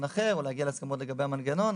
אחר או להגיע להסכמות לגבי המנגנון,